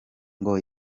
ngo